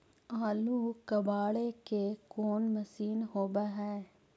आलू कबाड़े के कोन मशिन होब है?